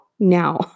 Now